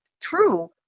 true